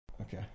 Okay